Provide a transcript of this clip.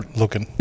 looking